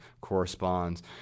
corresponds